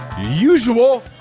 usual